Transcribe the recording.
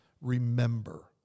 remember